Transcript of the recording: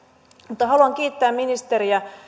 mutta haluan kiittää ministeriä